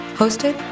hosted